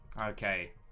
Okay